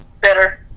better